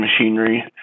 machinery